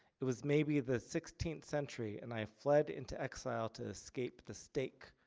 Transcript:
it was maybe the sixteenth century and i fled into exile to escape the steak.